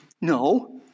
No